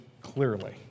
clearly